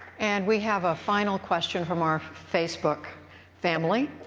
and we have a final question from our facebook family.